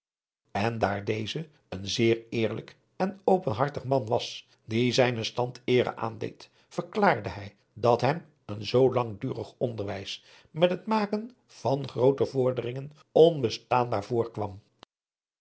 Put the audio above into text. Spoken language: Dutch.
en daar deze een zeer eerlijk en openhartig man was die zijnen stand eere aandeed verklaarde hij dat hem een zoo langdurig onderwijs met het maken van groote vorderingen onbestaanbaar voorkwam